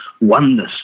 oneness